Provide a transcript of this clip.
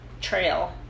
trail